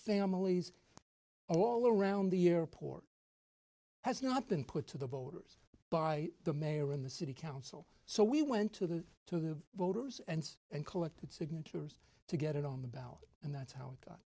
families all around the airport has not been put to the voters by the mayor in the city council so we went to the to the voters and and collected signatures to get it on the ballot and that's how it got